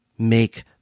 make